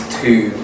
two